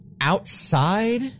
Outside